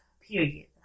Period